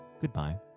goodbye